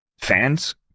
fans